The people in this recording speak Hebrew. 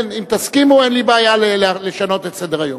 אם תסכימו, אין לי בעיה לשנות את סדר-היום.